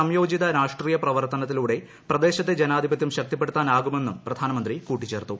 സംയോജിത രാഷ്ട്രീയ പ്രവർത്തനത്തിലൂടെ പ്രദേശത്തെ ജനാധിപത്യം ശക്തിപ്പെടുത്താനാവുമെന്നും പ്രധാനമന്ത്രീകൂട്ടിച്ചേർത്തു